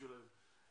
עבורן.